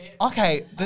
Okay